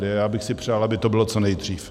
A já bych si přál, aby to bylo co nejdřív.